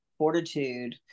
fortitude